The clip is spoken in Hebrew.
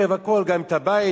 את הרכב, הכול, גם את הבית.